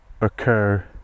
occur